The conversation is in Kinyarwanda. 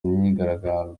myigaragambyo